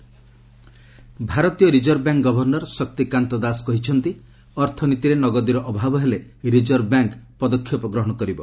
RBI ଭାରତୀୟ reserve bank governor Shaktikanta Das କହିଛନ୍ତି ଅର୍ଥନୀତିରେ ନଗଦୀର ଅଭାବ ହେଲେ ରିଜର୍ଭ ବ୍ୟାଙ୍କ୍ ପଦକ୍ଷେପ ଗ୍ରହଣ କରିବ